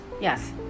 yes